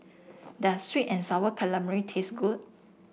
does sweet and sour calamari taste good